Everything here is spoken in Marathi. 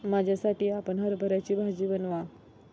माझ्यासाठी आपण हरभऱ्याची भाजी बनवा